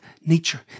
nature